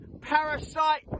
parasite